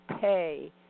pay